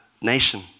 nation